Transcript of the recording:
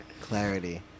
clarity